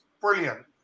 brilliant